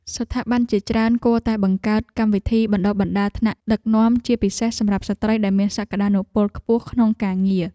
ស្ថាប័នជាច្រើនគួរតែបង្កើតកម្មវិធីបណ្តុះបណ្តាលថ្នាក់ដឹកនាំជាពិសេសសម្រាប់ស្ត្រីដែលមានសក្ដានុពលខ្ពស់ក្នុងការងារ។